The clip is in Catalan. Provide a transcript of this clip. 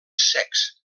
secs